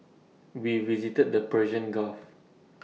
we visited the Persian gulf